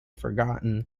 forgotten